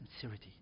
Sincerity